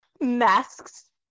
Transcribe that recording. masks